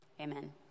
Amen